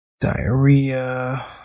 Diarrhea